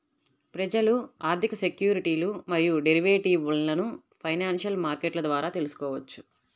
ప్రజలు ఆర్థిక సెక్యూరిటీలు మరియు డెరివేటివ్లను ఫైనాన్షియల్ మార్కెట్ల ద్వారా తెల్సుకోవచ్చు